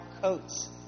coats